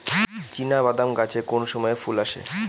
চিনাবাদাম গাছে কোন সময়ে ফুল আসে?